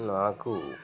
నాకు